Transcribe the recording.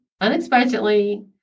unexpectedly